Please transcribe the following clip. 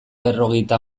berrogeita